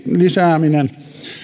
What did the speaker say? lisääminen